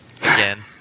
again